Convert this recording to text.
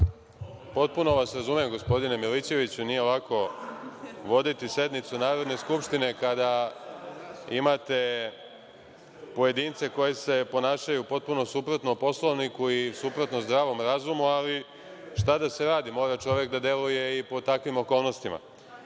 Potpuno vas razumem, gospodine Milićeviću, nije lako voditi sednicu Narodne skupštine kada imate pojedince koji se ponašaju potpuno suprotno Poslovniku i suprotno zdravom razumu, ali šta da se radi, mora čovek da deluje i pod takvim okolnostima. Dakle,